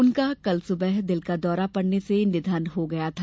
उनका केल सुबह दिल का दौर पड़ने से निधन हो गया था